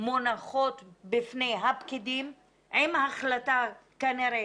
מונחות בפני הפקידים עם החלטה כנראה